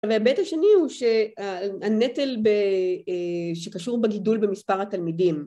וההיבט השני הוא שהנטל שקשור בגידול במספר התלמידים.